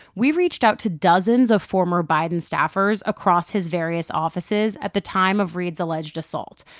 we reached out to dozens of former biden staffers across his various offices at the time of reade's alleged assault.